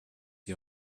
die